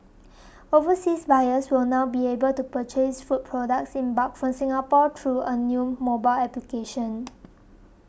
overseas buyers will now be able to purchase food products in bulk from Singapore through a new mobile application